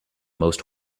most